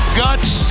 guts